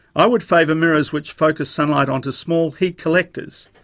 i would favour mirrors which focus sunlight onto small heat collectors,